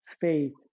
faith